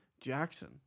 Jackson